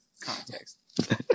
context